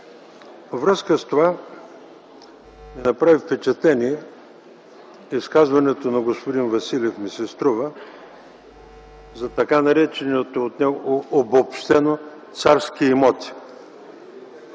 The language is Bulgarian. връзка с това ми направи впечатление изказването на господин Василев, струва ми се, за така наречените от него, обобщено, „царски имоти”.